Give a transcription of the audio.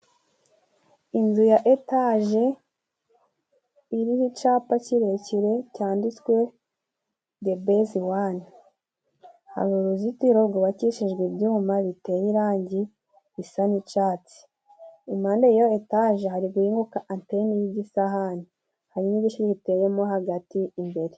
Inzu ya etaje iriho icapa kirekire cyanditswe debezi wani haba uruzitiro rwubakishijwe ibyuma biteye irangi isa n'icatsi impande yiyo etaje hari guhinguka anteni y'igisahani hari n'igiti giteyemo hagati imbere.